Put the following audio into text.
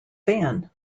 van